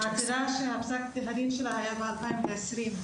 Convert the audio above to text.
העתירה שפסק הדין שלה היה ב-2020.